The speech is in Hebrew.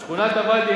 שכונת-הוואדי,